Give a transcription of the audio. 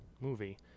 movie